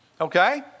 Okay